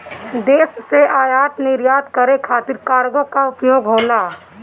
देश से आयात निर्यात करे खातिर कार्गो कअ उपयोग होला